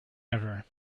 ever